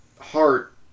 heart